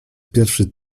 pierwszy